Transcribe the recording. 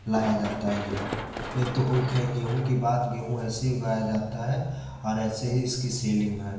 लाया जाता है गेहूँ ये तो हुई खैर गेहूँ की बात गेहूँ ऐसे उगाया जाता है और ऐसे ही इसकी सेलिंग है